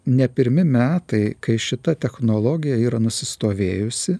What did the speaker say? ne pirmi metai kai šita technologija yra nusistovėjusi